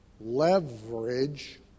leverage